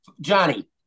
Johnny